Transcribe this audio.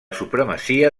supremacia